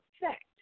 effect